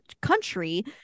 country